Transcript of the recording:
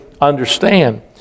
understand